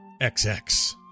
XX